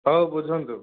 ହଉ ବୁଝନ୍ତୁ